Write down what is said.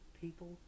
people